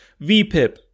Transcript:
VPIP